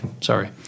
sorry